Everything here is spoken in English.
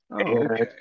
Okay